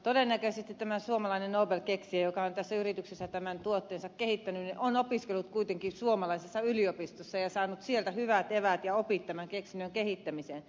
todennäköisesti tämä suomalainen nobel keksijä joka on tässä yrityksessä tämän tuotteensa kehittänyt on opiskellut kuitenkin suomalaisessa yliopistossa ja saanut sieltä hyvät eväät ja opit tämän keksinnön kehittämiseen